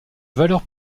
valeur